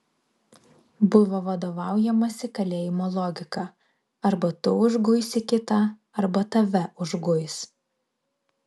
buvo vadovaujamasi kalėjimo logika arba tu užguisi kitą arba tave užguis